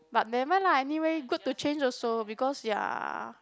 but never mind lah anyway good to change also because ya